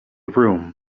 room